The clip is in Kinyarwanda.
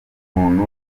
n’umuntu